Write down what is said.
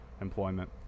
employment